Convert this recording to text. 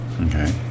Okay